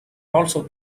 also